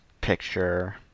picture